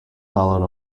followed